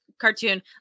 cartoon